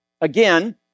again